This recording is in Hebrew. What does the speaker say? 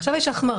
עכשיו יש החמרה.